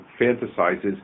fantasizes